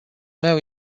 meu